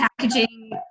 packaging